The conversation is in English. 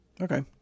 Okay